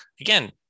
again